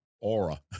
aura